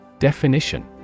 Definition